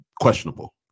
questionable